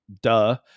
duh